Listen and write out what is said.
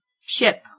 Ship